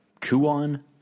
KUON